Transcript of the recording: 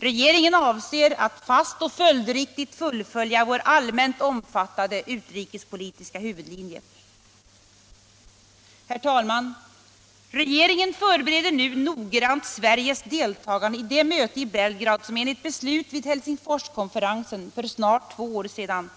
Regeringen avser att fast och följdriktigt fullfölja vår allmänt omfattade utrikespolitiska huvudlinje. Herr talman! Regeringen förbereder nu noggrant Sveriges deltagande i det möte i Belgrad som enligt beslut vid Helsingforskonferensen för snart två år sedan